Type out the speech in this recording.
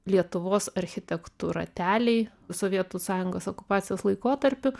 lietuvos architektų rateliai sovietų sąjungos okupacijos laikotarpiu